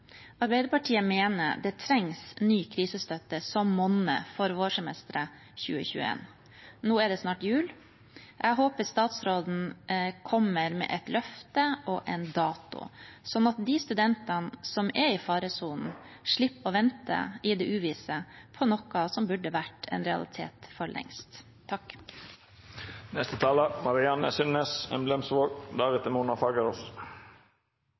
Arbeiderpartiet mener det trengs ny krisestøtte som monner for vårsemesteret 2021. Nå er det snart jul. Jeg håper statsråden kommer med et løfte og en dato sånn at de studentene som er i faresonen, slipper å vente i det uvisse på noe som burde vært en realitet for lengst.